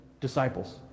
disciples